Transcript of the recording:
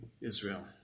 Israel